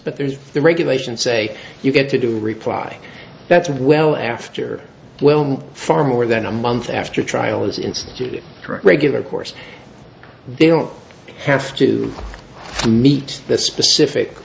but there's the regulations say you get to do reply that's it well after whelm far more than a month after a trial is instituted regular course they don't have to meet that specific